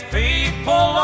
people